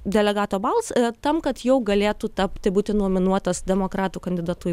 delegato bals tam kad jau galėtų tapti būti nominuotas demokratų kandidatu į